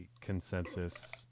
consensus